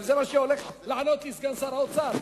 זה גם מה שהולך לענות לי סגן שר האוצר,